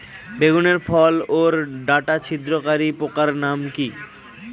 বেগুনের ফল ওর ডাটা ছিদ্রকারী পোকার নাম কি?